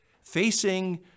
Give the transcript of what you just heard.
Facing